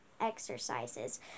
exercises